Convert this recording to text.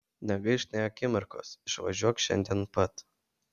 negaišk nė akimirkos išvažiuok šiandien pat